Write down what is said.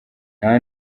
nta